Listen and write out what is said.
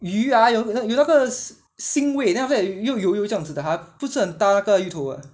鱼 ah 有有那个腥味 then after that 又油油这个样子的 ha 不是很搭那个芋头的